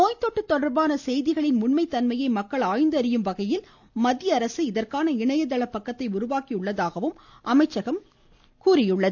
நோய் தொற்று தொடர்பான செய்திகளின் உண்மை தன்மையை மக்கள் ஆய்ந்து அறியும் வகையில் மத்திய அரசு இதற்கான இணையதள பக்கத்தை உருவாக்கியுள்ளதாக அமைச்சகம் கூறியுள்ளது